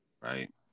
right